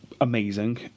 amazing